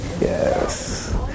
Yes